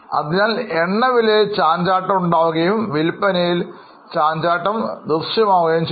അതിനാൽ എണ്ണ വിലയിൽ ചാഞ്ചാട്ടം ഉണ്ടാകുകയും വിൽപനയിൽ ചാഞ്ചാട്ടം ഉണ്ടാക്കുകയും ചെയ്യുന്നു